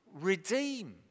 redeem